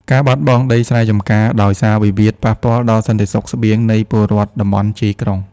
ការបាត់បង់ដីស្រែចម្ការដោយសារវិវាទ ប៉ះពាល់ដល់សន្តិសុខស្បៀងនៃពលរដ្ឋតំបន់ជាយក្រុង។